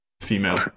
female